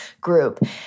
group